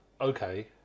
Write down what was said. Okay